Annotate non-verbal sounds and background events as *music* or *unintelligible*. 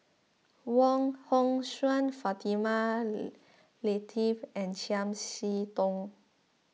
Wong Hong Suen Fatimah *unintelligible* Lateef and Chiam See Tong